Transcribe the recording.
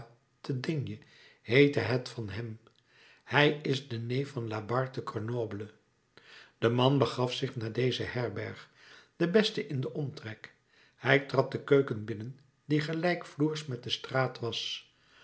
te d heette het van hem hij is de neef van labarre te grenoble de man begaf zich naar deze herberg de beste in den omtrek hij trad de keuken binnen die gelijkvloers met de straat was